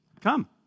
come